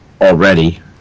already